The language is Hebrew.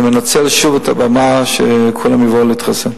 אני מנצל שוב את הבמה, שכולם יבואו להתחסן.